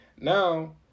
Now